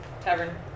tavern